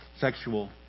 sexual